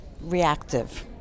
reactive